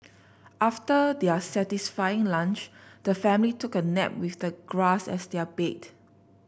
after their satisfying lunch the family took a nap with the grass as their bed